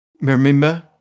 remember